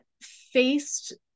faced